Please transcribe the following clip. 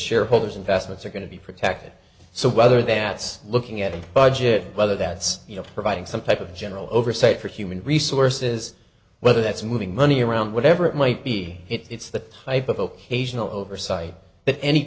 shareholders investments are going to be protected so whether that's looking at a budget whether that's you know providing some type of general oversight for human resources whether that's moving money around whatever it might be it's the